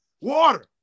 Water